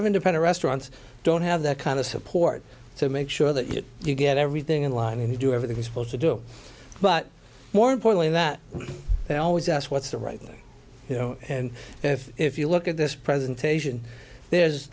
of independent restaurants don't have that kind of support so make sure that you get everything in line and you do everything possible to do but more importantly that they always ask what's the right thing you know and if if you look at this presentation there's